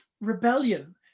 rebellion